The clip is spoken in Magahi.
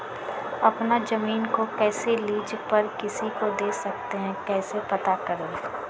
अपना जमीन को कैसे लीज पर किसी को दे सकते है कैसे पता करें?